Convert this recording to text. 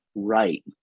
right